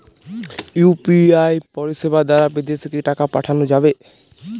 UPI পরিষেবা দারা বিদেশে কি টাকা পাঠানো যাবে?